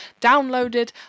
downloaded